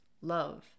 love